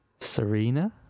serena